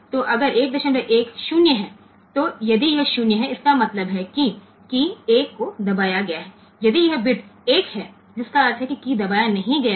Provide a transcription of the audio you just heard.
तो अगर 11 0 है तो यदि यह 0 है इसका मतलब है कि कीय 1 को दबाया गया है यदि यह बिट 1 है जिसका अर्थ है कीय दबाया नहीं गया है